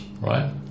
right